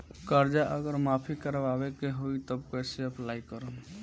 कर्जा अगर माफी करवावे के होई तब कैसे अप्लाई करम?